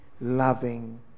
loving